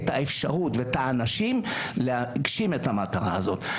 את האפשרות ואת האנשים להגשים את המטרה הזאת.